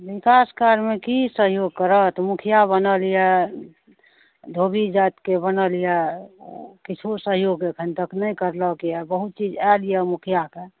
विकास कार्यमे की सहयोग करत मुखिआ बनल यऽ धोबी जातिके बनल यऽ किछु सहयोग एखन तक नहि करलक यऽ बहुत चीज आएल यऽ मुखिआके